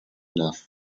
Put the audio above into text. enough